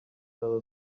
fell